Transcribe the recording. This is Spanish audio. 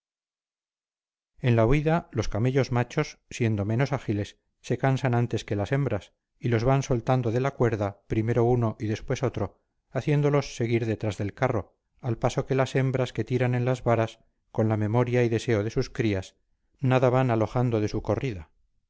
en la huida los camellos machos siendo menos ágiles se cansan antes que las hembras y los van soltando de la cuerda primero uno y después otro haciéndolos seguir detrás del carro al paso que las hembras que tiran en las varas con la memoria y deseo de sus crías nada van alojando de su corrida